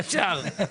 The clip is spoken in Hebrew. אפשר.